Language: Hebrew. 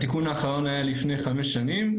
התיקון האחרון היה לפני חמש שנים.